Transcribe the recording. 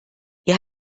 ihr